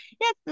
yes